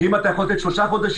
כי אם אתה יכול לתת שלושה חודשים,